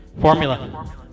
Formula